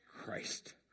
Christ